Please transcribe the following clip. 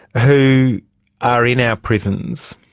who are in our prisons?